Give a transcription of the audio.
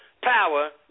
power